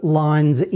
lines